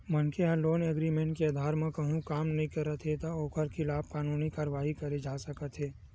मनखे ह loan agreement के अधार म कहूँ काम नइ करत हे त ओखर खिलाफ कानूनी कारवाही करे जा सकत हे